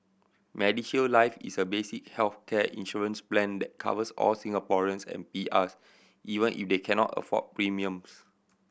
MediShield Life is a basic healthcare insurance plan that covers all Singaporeans and P Rs even if they cannot afford premiums